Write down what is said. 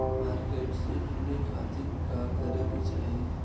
Market से जुड़े खाती का करे के चाही?